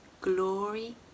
Glory